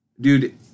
dude